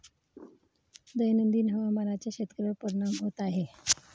दैनंदिन हवामानाचा शेतकऱ्यांवर परिणाम होत आहे